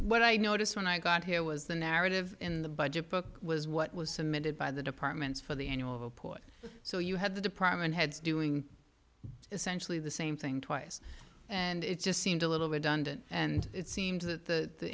what i noticed when i got here was the narrative in the budget book was what was submitted by the departments for the annual report so you had the department heads doing essentially the same thing twice and it just seemed a little redundant and it seems that the